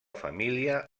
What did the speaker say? família